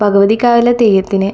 ഭഗവതി കാവിലെ തെയ്യത്തിന്